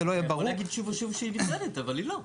אתה יכול להגיד שוב ושוב שהיא נפרדת, אבל היא לא.